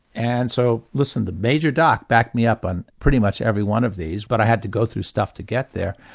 and so listen, the major doc backed me up on pretty much every one of these but i had to go through stuff to get there.